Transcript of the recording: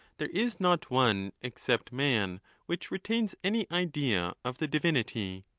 there is not one except man which retains any idea of the divinity.